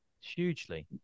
Hugely